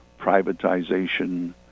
privatization